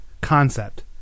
concept